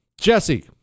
Jesse